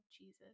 Jesus